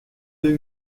deux